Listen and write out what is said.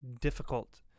difficult